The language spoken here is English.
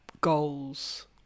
goals